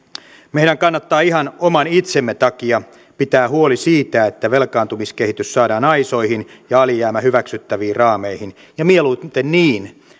meidän kannattaa ihan oman itsemme takia pitää huoli siitä että velkaantumiskehitys saadaan aisoihin ja alijäämä hyväksyttäviin raameihin ja mieluiten niin